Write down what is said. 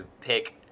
pick